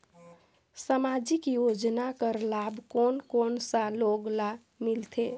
समाजिक योजना कर लाभ कोन कोन सा लोग ला मिलथे?